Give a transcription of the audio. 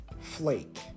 Flake